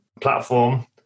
platform